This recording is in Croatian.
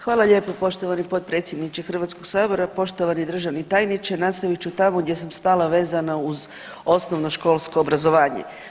Hvala lijepo poštovani potpredsjedniče Hrvatskoga sabora, poštovani državni tajniče nastavit ću tamo gdje sam stala vezano uz osnovnoškolsko obrazovanje.